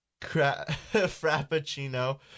Frappuccino